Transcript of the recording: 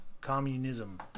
Communism